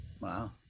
Wow